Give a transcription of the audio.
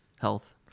health